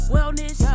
Wellness